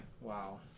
Wow